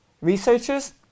researchers